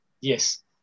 Yes